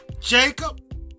Jacob